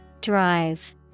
Drive